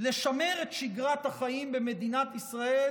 לשמר את שגרת החיים במדינת ישראל,